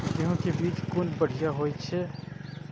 गैहू कै बीज कुन बढ़िया होय छै?